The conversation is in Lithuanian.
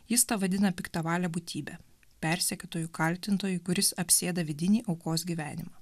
jis tą vadina piktavale būtybe persekiotoju kaltintoju kuris apsėda vidinį aukos gyvenimą